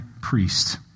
priest